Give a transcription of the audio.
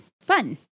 fun